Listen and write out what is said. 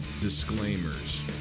disclaimers